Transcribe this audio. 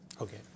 Okay